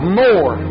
more